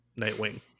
nightwing